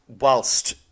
whilst